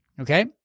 Okay